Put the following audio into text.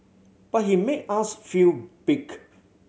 but he made us feel big